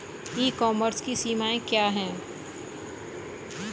ई commerce की सीमाएं क्या हैं?